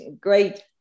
great